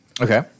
okay